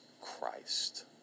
christ